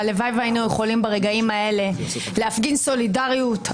והלוואי והיינו יכולים ברגעים האלה להפגין סולידריות,